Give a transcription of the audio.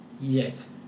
Yes